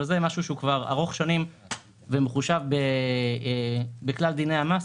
אבל זה דבר שהוא כבר ארוך שנים ומחושב בכלל דיני המס,